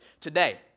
today